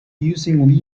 using